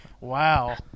Wow